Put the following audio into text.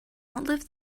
outlive